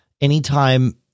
anytime